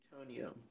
Antonio